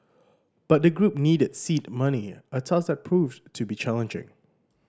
but the group needed seed money a task that proved to be challenging